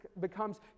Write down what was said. becomes